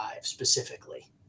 specifically